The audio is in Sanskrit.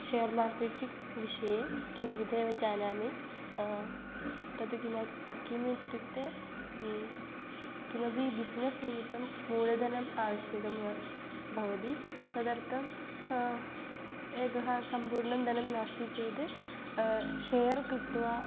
शेर् मार्केटिक् विषये किञ्चिदेव जानामि तद् किं किम् इत्युक्ते किमपि बिस्नेस् निमित्तं मूलधनम् आवश्यकं ब भवति तदर्थम् एकः सम्पूर्णं धनं नास्ति चेद् शेर् कृत्वा